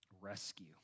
rescue